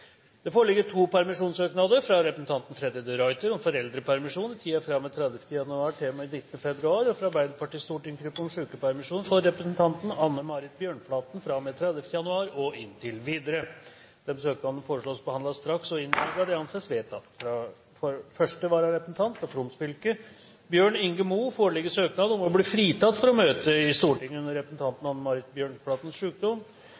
Det foreligger to permisjonssøknader: fra representanten Freddy de Ruiter om foreldrepermisjon i tiden fra og med 30. januar til og med 19. februar fra Arbeiderpartiets stortingsgruppe om sykepermisjon for representanten Anne Marit Bjørnflaten fra og med 30. januar og inntil videre Disse søknader foreslås behandlet straks og innvilget. – Det anses vedtatt. Fra første vararepresentant for Troms fylke, Bjørn Inge Mo, foreligger søknad om å bli fritatt for å møte i Stortinget under